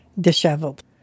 disheveled